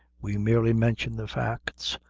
we merely mention the facts,